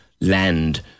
land